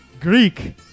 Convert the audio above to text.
Greek